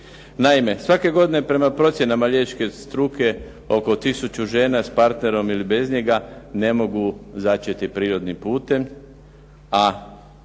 Naime, svake godine prema procjenama liječničke struke oko tisuću žena s partnerom ili bez njega ne mogu začeti prirodnim putem, a